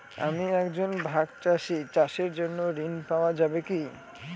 আমি একজন ভাগ চাষি চাষের জন্য ঋণ পাওয়া যাবে কি?